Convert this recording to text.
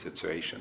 situation